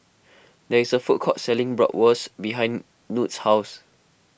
there is a food court selling Bratwurst behind Knute's house